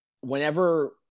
Whenever –